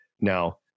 Now